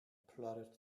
plodded